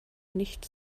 nicht